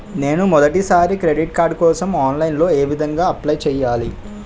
నేను మొదటిసారి credit card కోసం ఆన్లైన్ లో ఏ విధంగా అప్లై చేయాలి?